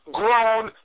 grown